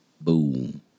Boom